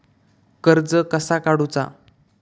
कर्ज कसा काडूचा?